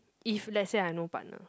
if let's say I no partner